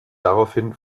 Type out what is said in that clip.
daraufhin